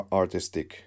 artistic